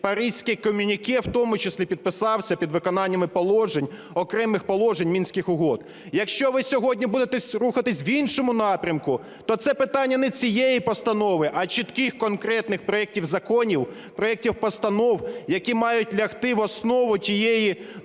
Паризьке комюніке, в тому числі підписався під виконаннями положень, окремих положень Мінських угод. Якщо ви сьогодні будете рухатись в іншому напрямку, то це питання не цієї постанови, а чітких, конкретних проектів законів, проектів постанов, які мають лягти в основу тієї дорожньої